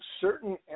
certain